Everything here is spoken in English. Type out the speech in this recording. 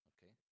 Okay